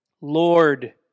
Lord